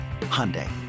Hyundai